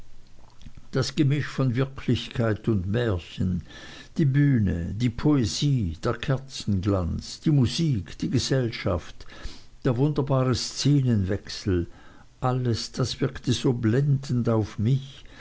das gemisch von wirklichkeit und märchen die bühne die poesie der kerzenglanz die musik die gesellschaft der wunderbare szenenwechsel alles das wirkte so blendend auf mich